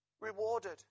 rewarded